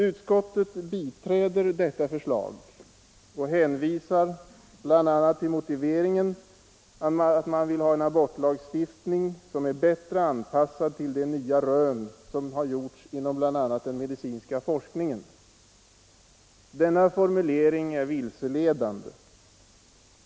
Utskottet biträder detta förslag och hänvisar bl.a. till motiveringen att man vill ha en abortlagstiftning som är bättre anpassad till de nya rön som har gjorts inom bl.a. den medicinska forskningen. Denna formulering är vilseledande.